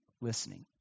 listening